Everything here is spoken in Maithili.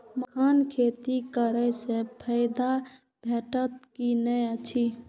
मखानक खेती करे स फायदा भेटत की नै अछि?